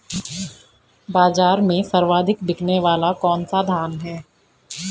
बाज़ार में सर्वाधिक बिकने वाला कौनसा धान है?